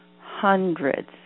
hundreds